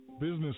Business